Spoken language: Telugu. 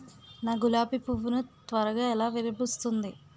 నా గులాబి పువ్వు ను త్వరగా ఎలా విరభుస్తుంది?